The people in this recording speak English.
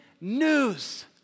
news